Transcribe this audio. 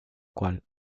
cual